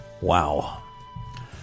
Wow